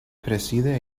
preside